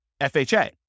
FHA